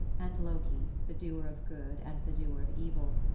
and loki, the doer of good and the doer of evil,